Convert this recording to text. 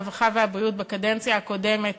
הרווחה והבריאות בקדנציה הקודמת